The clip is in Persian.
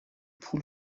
پول